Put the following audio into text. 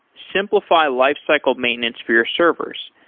simplify life cycle maintenance for your servers.